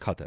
Khader